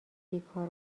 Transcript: بیکار